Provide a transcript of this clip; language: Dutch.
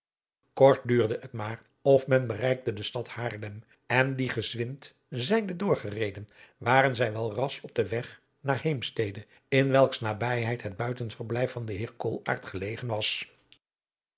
kort duurde het maar of men bereikte de stad haarlem en die gezwind zijnde doorgereden waren zij wel ras op den weg naar heemstede in welks nabijheid het buitenverblijf van den heer koolaart gelegen was